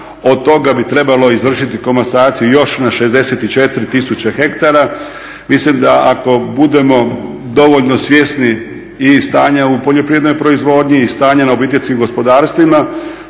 Od toga bi trebalo izvršiti komasaciju još na 64 tisuće hektara. Mislim da ako budemo dovoljno svjesni i stanja u poljoprivrednoj proizvodnji i stanja na obiteljskim gospodarstvima